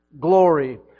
glory